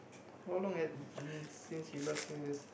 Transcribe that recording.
how long had it been since you last seen this